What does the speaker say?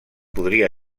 podria